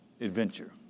adventure